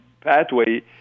pathway